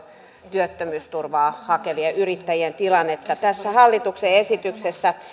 työttömyysturvaa hakevien yrittäjien tilannetta tässä hallituksen esityksessä